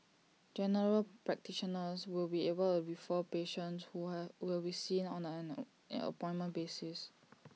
general practitioners will be able refer patients who I will be seen on an appointment basis